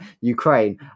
ukraine